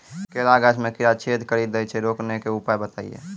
केला गाछ मे कीड़ा छेदा कड़ी दे छ रोकने के उपाय बताइए?